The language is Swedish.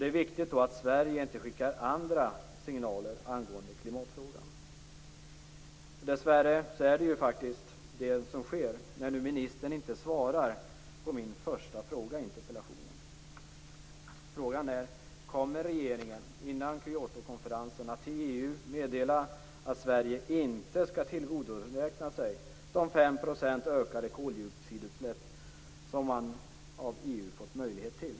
Det är då viktigt att Sverige inte skickar andra signaler angående klimatfrågan. Dessvärre är det vad som sker när ministern nu inte svarar på min första fråga i interpellationen. Frågan är: Kommer regeringen innan Kyotokonferensen att till EU meddela att Sverige inte skall tillgodoräkna sig de 5 % ökade koldioxidutsläpp som man av EU fått möjlighet till?